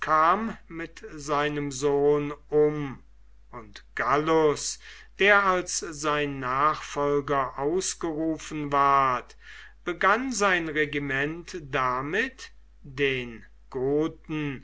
mit seinem sohn um und gallus der als sein nachfolger ausgerufen ward begann sein regiment damit den goten